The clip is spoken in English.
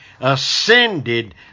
ascended